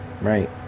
right